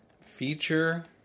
Feature